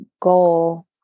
goal